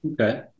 Okay